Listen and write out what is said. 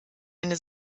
eine